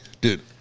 dude